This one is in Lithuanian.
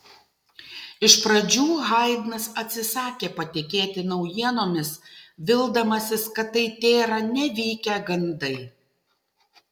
iš pradžių haidnas atsisakė patikėti naujienomis vildamasis kad tai tėra nevykę gandai